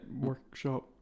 workshop